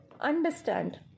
Understand